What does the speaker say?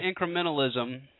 incrementalism